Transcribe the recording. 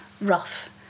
rough